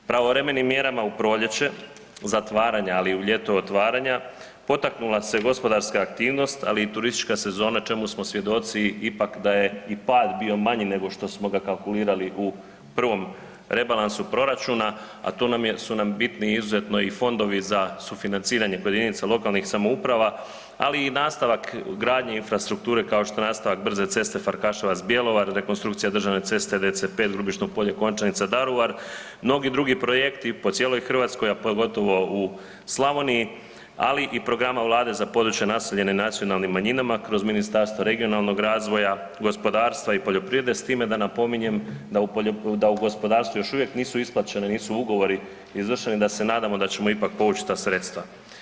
Pravovremenim mjerama u proljeće zatvaranja, ali i u ljetu otvaranja potaknula se gospodarska aktivnost ali i turistička sezona čemu smo svjedoci ipak da je i pad bio manji nego što smo ga kalkulirali u prvom rebalansu proračuna, a to su nam bitni izuzetno i fondovi za sufinanciranje kod jedinica lokalnih samouprava, ali i nastavak gradnje infrastrukture kao što je nastavak brze ceste Farkaševac – Bjelovar, rekonstrukcija državne ceste DC5 Grubišno Polje – Končanica – Daruvar, mnogi drugi projekti po cijeloj Hrvatskoj, a pogotovo u Slavoniji, ali i programa Vlade za područje naseljena nacionalnim manjinama kroz Ministarstvo regionalnog razvoja, gospodarstva i poljoprivrede, s time da napominjem da u gospodarstvu još uvijek nisu isplaćene, nisu ugovori izvršeni da se nadamo da ćemo ipak povući ta sredstva.